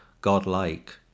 godlike